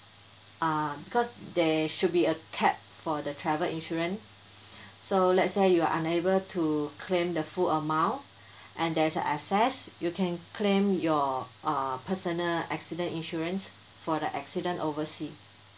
um because there should be a cap for the travel insurance so let's say you are unable to claim the full amount and there's an excess you can claim your uh personal accident insurance for the accident oversea